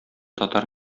татар